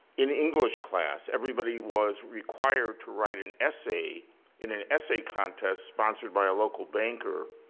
in english class everybody was required to write an essay in an essay-contest sponsored by a local banker.